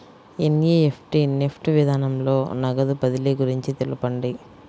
NEFT NEFT విధానంలో నగదు బదిలీ గురించి తెలుపండి?